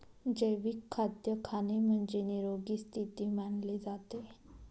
जैविक खाद्य खाणे म्हणजे, निरोगी स्थिती मानले जाते